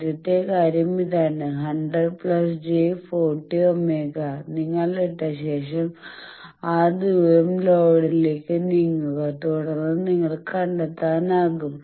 ആദ്യത്തെ കാര്യം ഇതാണ് 100 j 40 Ω നിങ്ങൾ ഇട്ട ശേഷം ആ ദൂരം ലോഡിലേക്ക് നീങ്ങുക തുടർന്ന് നിങ്ങൾക്ക് കണ്ടെത്താനാകും